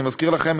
אני מזכיר לכם,